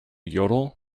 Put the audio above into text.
yodel